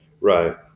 Right